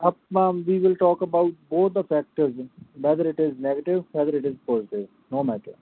ਆਪਾਂ we will talk about both the factors whether it is negative whether it is positive no matter